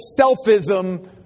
selfism